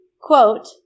quote